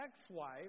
ex-wife